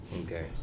Okay